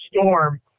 storm